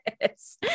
Yes